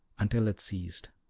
until it ceased.